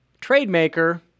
trademaker